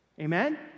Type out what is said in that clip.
Amen